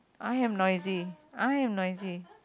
I am noisy I am noisy